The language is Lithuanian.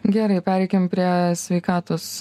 gerai pereikim prie sveikatos